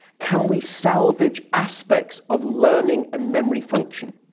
can we salvage aspects of learning and memory function?